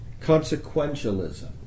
consequentialism